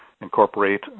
incorporate